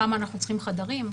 כמה חדרים אנחנו צריכים,